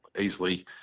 easily